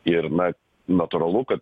ir na natūralu kad